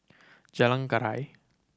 Jalan Keria